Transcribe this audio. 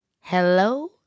Hello